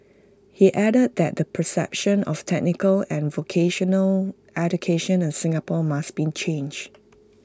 he added that the perception of technical and vocational education in Singapore must be changed